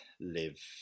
live